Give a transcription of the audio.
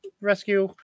rescue